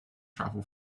travel